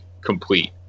complete